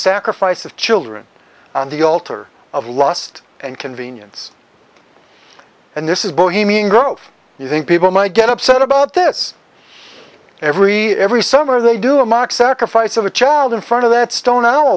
sacrifice of children on the altar of lust and convenience and this is bohemian grove you think people might get upset about this every every summer they do a mock sacrifice of a child in front of that stone